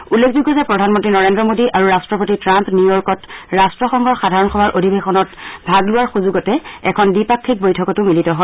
উল্লেখযোগ্য যে প্ৰধানমন্ত্ৰী নৰেন্দ্ৰ মোডী আৰু ৰাট্টপতি ট্ৰাম্প নিউৱৰ্কত ৰাষ্টসংঘৰ সাধাৰণ সভাৰ অধিৱেশনত ভাগ লোৱাৰ সুযোগতে এখন দ্বিপাক্ষিক বৈঠকতো মিলিত হয়